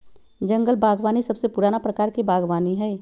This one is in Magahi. जंगल बागवानी सबसे पुराना प्रकार के बागवानी हई